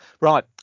Right